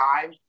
time